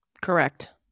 Correct